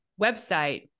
website